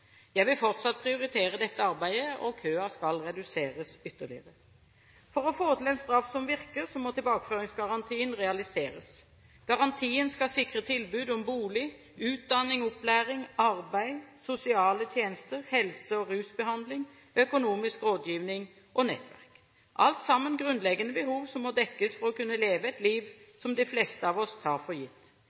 Jeg vil fortsatt prioritere dette arbeidet, og køen skal reduseres ytterligere. For å få til en straff som virker, må tilbakeføringsgarantien realiseres. Garantien skal sikre tilbud om bolig, utdanning/opplæring, arbeid, sosiale tjenester, helse- og rusbehandling, økonomisk rådgivning og nettverk – alt sammen grunnleggende behov som må dekkes for å kunne leve et liv som de fleste av oss tar for gitt.